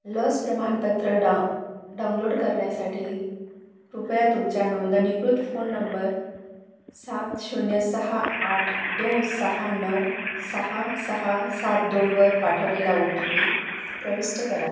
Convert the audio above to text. लस प्रमाणपत्र डा डाऊनलोड करण्यासाठी कृपया तुमच्या नोंदणीकृत फोन नंबर सात शून्य सहा आठ दोन सहा नऊ सहा सहा सात दोनवर पाठवलेला ओ टी पी प्रविष्ट करा